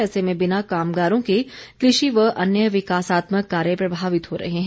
ऐसे में बिना कामगारों के कृषि व अन्य विकासात्मक कार्य प्रभावित हो रहे हैं